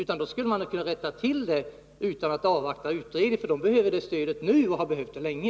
Man skulle ha kunnat rätta till detta utan att avvakta vad utredningen kommer fram till, för de här kommunerna behöver stödet nu och har behövt det länge.